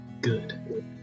Good